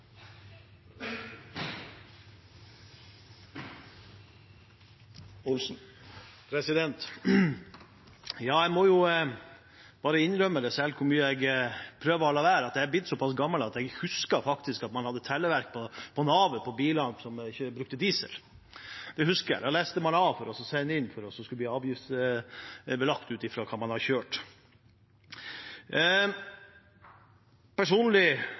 Jeg må innrømme – uansett hvor mye jeg prøver å la være –at jeg er blitt såpass gammel at jeg faktisk husker at man hadde telleverk på navet på bilene som brukte diesel. Det husker jeg. Det leste man av og sendte inn for å bli avgiftsbelagt ut fra hvor mye man hadde kjørt. Personlig